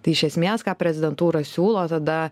tai iš esmės ką prezidentūra siūlo tada